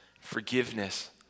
forgiveness